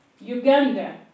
Uganda